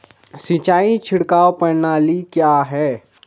सिंचाई छिड़काव प्रणाली क्या है?